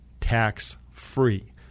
tax-free